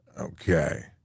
Okay